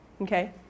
okay